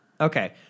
Okay